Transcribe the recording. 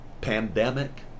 pandemic